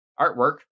artwork